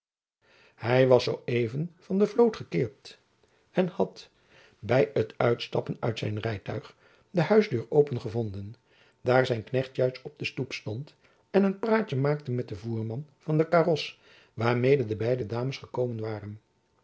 hy was zoo even van de vloot gekeerd en had by t uitstappen uit zijn rijtuig de huisdeur open gevonden daar zijn knecht juist op stoep stond en een praatjen maakte met den voerman van de karos waarmede de beide dames gekomen waren